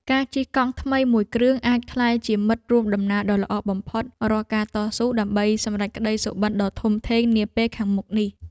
ការជិះកង់ថ្មីមួយគ្រឿងអាចក្លាយជាមិត្តរួមដំណើរដ៏ល្អបំផុតរាល់ការតស៊ូដើម្បីសម្រេចក្ដីសុបិនដ៏ធំធេងនាពេលខាងមុខនេះ។